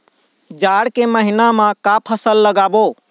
जाड़ ला महीना म का फसल लगाबो?